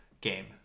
game